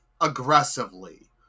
aggressively